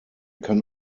kann